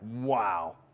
wow